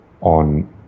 on